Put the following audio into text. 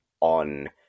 on